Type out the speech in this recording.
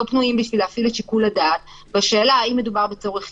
פנויים בשביל להפעיל את שיקול הדעת בשאלה האם מדובר בצורך חיוני,